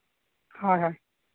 ᱦᱳᱭ ᱦᱳᱭ